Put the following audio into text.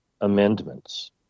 amendments